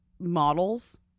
models